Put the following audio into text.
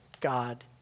God